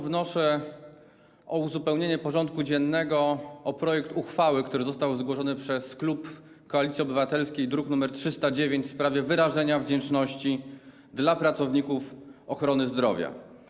Wnoszę o uzupełnienie porządku dziennego o projekt uchwały, który został zgłoszony przez klub Koalicji Obywatelskiej, druk nr 309, w sprawie wyrażenia wdzięczności dla pracowników ochrony zdrowia.